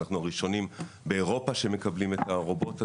אנחנו הראשונים באירופה שמקבלים את הרובוט הזה.